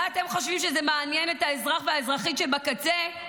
אבל אתם חושבים שזה מעניין את האזרח והאזרחית שהם בקצה?